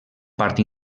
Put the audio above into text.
part